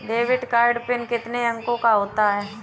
Debit card PIN कितने अंकों का होता है?